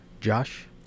Josh